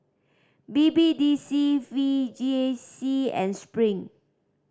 B B D C V J I C and Spring